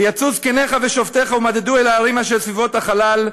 ויצאו זקניך ושופטיך ומדדו אל הערים אשר סביבֹת החלל.